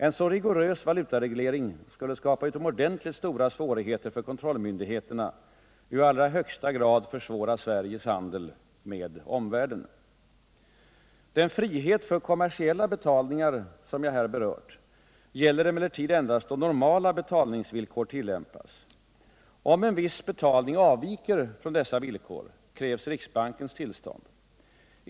En så rigorös valutareglering skulle skapa utomordentligt stora svårigheter för kontrollmyndigheterna och i allra högsta grad försvåra Sveriges handel med omvärlden. Den frihet för kommersiella betalningar som jag här berört gäller emellertid endast då normala betalningsvillkor tillämpas. Om en viss betalning avviker från dessa villkor, krävs riksbankens tillstånd.